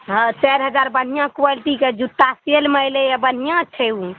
हँ चारि हजार बढ़िआँ क्वालिटीके जूत्ता सेलमे अयलैया बढ़िआँ छै ओ